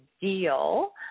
deal